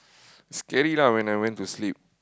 scary lah when I went to sleep